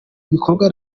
ibikorwa